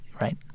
right